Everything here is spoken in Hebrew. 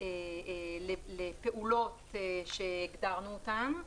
לפעולות שהגדרנו אותן.